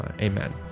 Amen